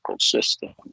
system